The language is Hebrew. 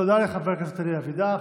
תודה לחבר הכנסת אלי אבידר.